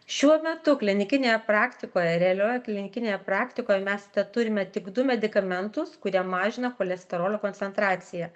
šiuo metu klinikinėje praktikoje realioje klinikinėje praktikoje mes teturime tik du medikamentus kurie mažina cholesterolio koncentraciją